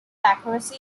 lacrosse